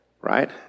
right